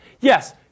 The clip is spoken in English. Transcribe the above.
Yes